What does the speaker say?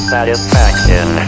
Satisfaction